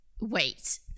Wait